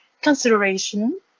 consideration